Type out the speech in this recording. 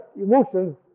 emotion